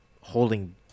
holding